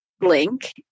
link